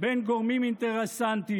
בין גורמים אינטרסנטיים,